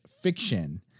fiction